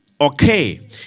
okay